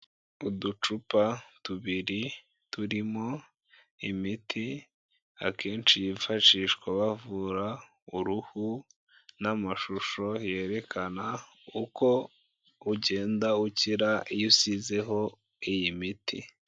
Uducupa tubiri turimo imiti, akenshi yifashishwa bavura uruhu n'amashusho yerekana uko ugenda ukira iyo usizeho iyi miti.